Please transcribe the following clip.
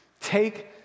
take